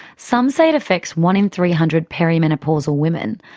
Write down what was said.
some say it affects one in three hundred perimenopausal women,